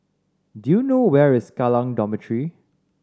do you know where is Kallang Dormitory